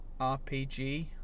RPG